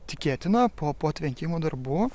tikėtina po po tvenkimo darbu